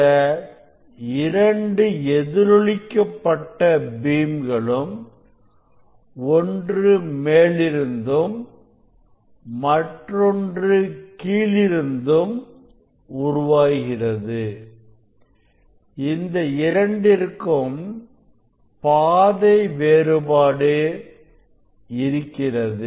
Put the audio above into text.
இந்த இரண்டு எதிரொலிக்க பட்ட பீம் களும் ஒன்று மேலிருந்தும் மற்றொன்று கீழிருந்தும் உருவாகிறது இந்த இரண்டிற்கும் பாதை வேறுபாடு இருக்கிறது